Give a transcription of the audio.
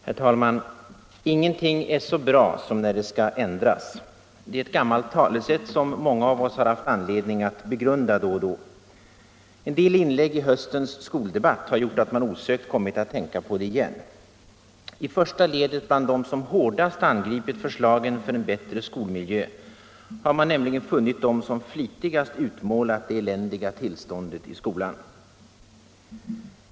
Herr talman! ”Ingenting är så bra som när det skall ändras.” Det är ett gammalt talesätt som många av oss haft anledning att begrunda då och då. En del inlägg i höstens skoldebatt har gjort att man osökt kommit att tänka på det igen. I första ledet bland dem som hårdast angripit förslagen för en bättre skolmiljö har man nämligen funnit dem som flitigast utmålat det eländiga tillståndet i skolan.